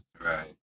Right